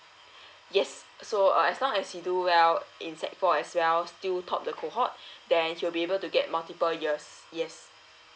yes so uh as long as you do well in sec four as well still top the cohort then she'll be able to get multiple years yes